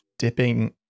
dipping